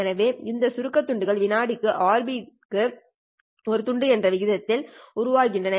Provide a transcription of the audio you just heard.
எனவே இந்த சுருக்க துண்டுகள் வினாடிக்கு Rb ஒரு வினாடிக்கு ஒரு துண்டு என்ற விகிதத்தில் உருவாகிறது